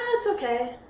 it's okay,